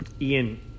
Ian